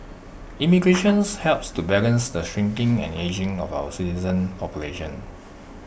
immigrations helps to balance the shrinking and ageing of our citizen population